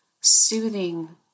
soothing